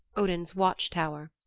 odin's watch-tower.